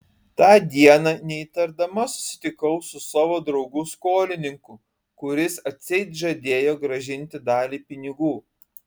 tą dieną neįtardama susitikau su savo draugu skolininku kuris atseit žadėjo grąžinti dalį pinigų